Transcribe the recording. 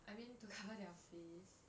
I mean to cover their face